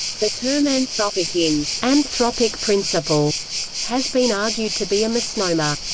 the term anthropic in anthropic principle has been argued to be a misnomer.